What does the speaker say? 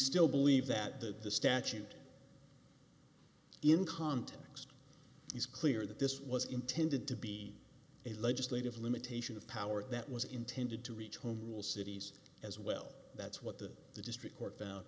still believe that that the statute in context is clear that this was intended to be a legislative limitation of power that was intended to reach home rule cities as well that's what the the district